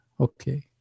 okay